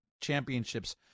championships